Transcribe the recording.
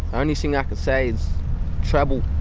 only thing i can say is travel,